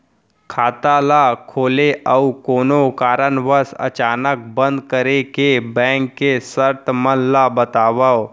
खाता ला खोले अऊ कोनो कारनवश अचानक बंद करे के, बैंक के शर्त मन ला बतावव